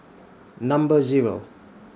Number Zero